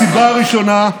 הסיבה הראשונה,